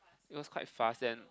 it was quite fast then